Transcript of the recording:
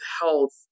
health